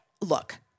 look